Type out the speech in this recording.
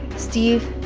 steve,